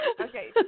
Okay